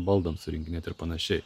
baldams surinkinėt ir panašiai